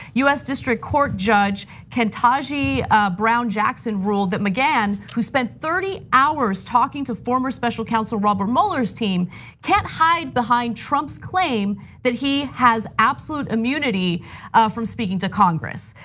us district court judge kentanji brown jackson ruled that mcgahn, who spent thirty hours talking to former special counsel robert mueller's team can't hide behind trump's claim that he has absolute immunity from speaking to congress.